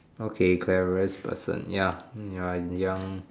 okay cleverest person ya ya young